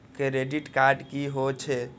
Credit card की हे छे?